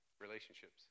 relationships